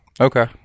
Okay